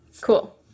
Cool